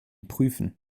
prüfen